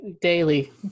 daily